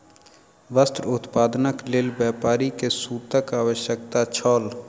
वस्त्र उत्पादनक लेल व्यापारी के सूतक आवश्यकता छल